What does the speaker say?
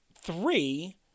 three